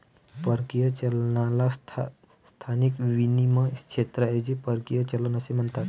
परकीय चलनाला स्थानिक विनिमय क्षेत्राऐवजी परकीय चलन असे म्हणतात